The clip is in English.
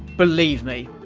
believe me!